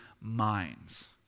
minds